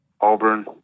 Auburn